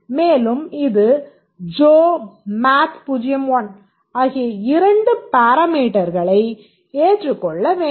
மேலும் இது ஆகிய இரண்டு பாராமீட்டர்களை ஏற்றுக்கொள்ள வேண்டும்